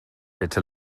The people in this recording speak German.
bitte